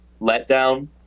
letdown